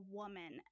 woman